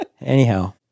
Anyhow